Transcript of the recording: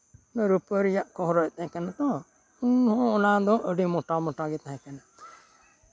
ᱨᱩᱯᱟᱹ ᱨᱮᱭᱟᱜ ᱠᱚ ᱦᱚᱨᱚᱜ ᱛᱟᱦᱮᱸᱜ ᱛᱚ ᱩᱱ ᱦᱚᱸ ᱚᱱᱟ ᱫᱚ ᱟᱹᱰᱤ ᱢᱳᱴᱟ ᱢᱳᱴᱟᱜᱮ ᱛᱟᱦᱮᱸ ᱠᱟᱱᱟ